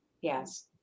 Yes